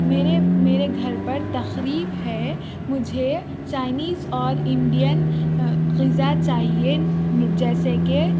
میرے میرے گھر پر تقریب ہے مجھے چائینیز اور انڈین غذا چاہیے جیسے کہ